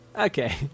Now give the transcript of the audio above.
okay